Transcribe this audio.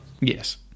Yes